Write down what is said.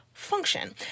function